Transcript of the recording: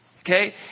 Okay